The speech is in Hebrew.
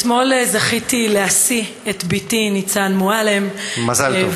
אתמול זכיתי להשיא את בתי, ניצן מועלם, מזל טוב.